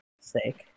sake